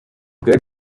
get